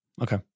okay